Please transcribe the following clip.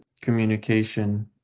communication